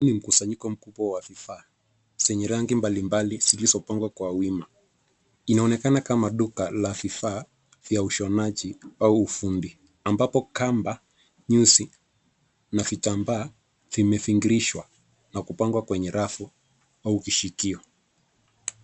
Hii ni mkusanyiko mkubwa wa vifaa zenye rangi mbalimbali zilizopangwa kwa wima. Inaonekana kama duka la vifaa vya ushonaji au ufundi ambapo kamba, nyuzi na vitambaa vimevingirishwa na kupangwa kwenye rafu au kishikio.